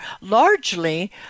largely